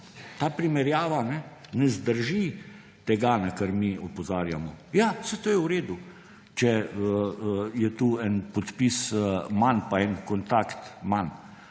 s podpisom, ne zdrži tega, na kar mi opozarjamo. Ja, saj to je v redu, če je tu en podpis manj pa en kontakt manj,